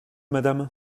madame